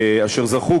אשר זכו,